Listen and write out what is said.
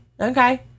Okay